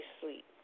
sleep